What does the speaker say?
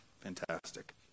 Fantastic